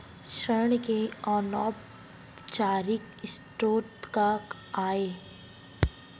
ऋण के अनौपचारिक स्रोत का आय?